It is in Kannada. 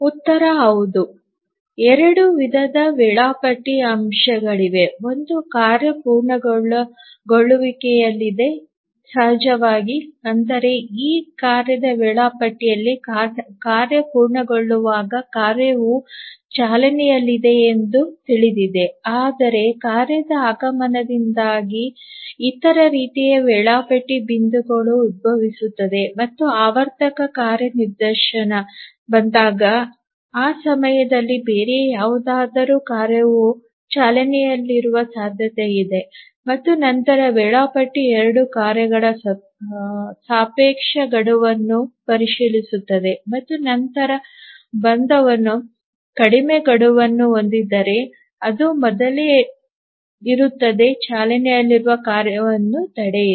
ಉತ್ತರ ಹೌದು ಎರಡು ವಿಧದ ವೇಳಾಪಟ್ಟಿ ಅಂಶಗಳಿವೆ ಒಂದು ಕಾರ್ಯ ಪೂರ್ಣಗೊಳ್ಳುವಿಕೆಯಲ್ಲಿದೆ ಸಹಜವಾಗಿ ಅಂದರೆ ಆ ಕಾರ್ಯದ ವೇಳಾಪಟ್ಟಿಯಲ್ಲಿ ಕಾರ್ಯ ಪೂರ್ಣಗೊಳ್ಳುವಾಗ ಕಾರ್ಯವು ಚಾಲನೆಯಲ್ಲಿದೆ ಎಂದು ತಿಳಿದಿದೆ ಆದರೆ ಕಾರ್ಯದ ಆಗಮನದಿಂದಾಗಿ ಇತರ ರೀತಿಯ ವೇಳಾಪಟ್ಟಿ ಬಿಂದುಗಳು ಉದ್ಭವಿಸುತ್ತವೆ ಮತ್ತು ಆವರ್ತಕ ಕಾರ್ಯ ನಿದರ್ಶನ ಬಂದಾಗ ಆ ಸಮಯದಲ್ಲಿ ಬೇರೆ ಯಾವುದಾದರೂ ಕಾರ್ಯವು ಚಾಲನೆಯಲ್ಲಿರುವ ಸಾಧ್ಯತೆಯಿದೆ ಮತ್ತು ನಂತರ ವೇಳಾಪಟ್ಟಿ 2 ಕಾರ್ಯಗಳ ಸಾಪೇಕ್ಷ ಗಡುವನ್ನು ಪರಿಶೀಲಿಸುತ್ತದೆ ಮತ್ತು ನಂತರ ಬಂದವನು ಕಡಿಮೆ ಗಡುವನ್ನು ಹೊಂದಿದ್ದರೆ ಅದು ಮೊದಲೇ ಇರುತ್ತದೆ ಚಾಲನೆಯಲ್ಲಿರುವ ಕಾರ್ಯವನ್ನು ತಡೆಯಿರಿ